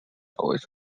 was